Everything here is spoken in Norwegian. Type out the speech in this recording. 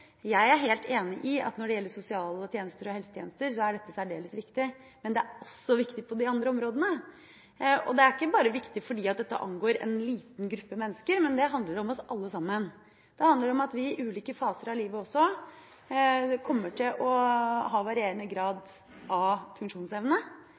Jeg er helt enig i at når det gjelder sosiale tjenester og helsetjenester, er dette særdeles viktig, men det er også viktig på de andre områdene, og det er ikke bare viktig fordi det angår en liten gruppe mennesker, men det handler om oss alle sammen. Det handler om at vi i ulike faser av livet også kommer til å ha varierende